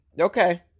Okay